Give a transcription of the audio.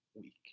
week